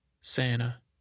Santa